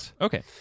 Okay